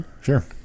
sure